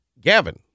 Gavin